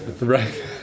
right